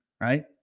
right